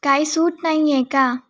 काय सूट नाही आहे का